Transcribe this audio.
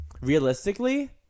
realistically